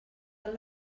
del